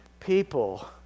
People